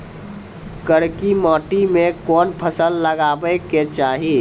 करकी माटी मे कोन फ़सल लगाबै के चाही?